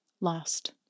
lost